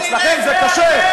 אצלכם זה כשר.